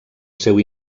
seu